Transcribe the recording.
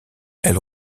elle